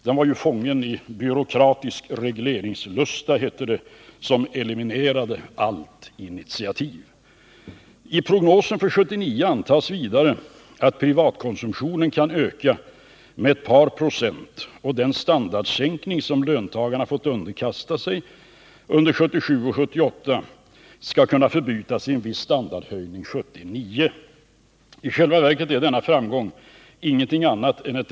Den var, hette det, fången i byråkratisk regleringslusta som eliminerade allt initiativ. I prognosen för 1979 antas vidare att privatkonsumtionen kan öka med ett par procent och att den standardsänkning som löntagarna fått underkasta sig under 1977 och 1978 skall kunna förbytas i en viss standardhöjning 1979.